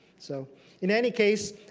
so in any case,